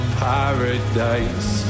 paradise